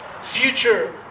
future